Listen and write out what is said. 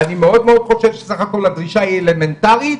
ואני חשוב שסך הכול הדרישה היא אלמנטרית,